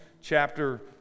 chapter